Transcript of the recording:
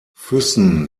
füssen